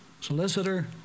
solicitor